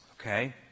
okay